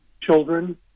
children